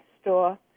store